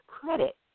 credit